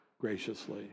graciously